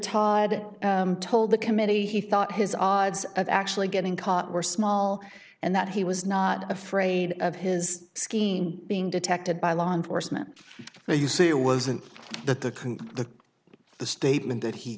todd told the committee he thought his odds of actually getting caught were small and that he was not afraid of his skin being detected by law enforcement but you see wasn't that the kook the the statement that he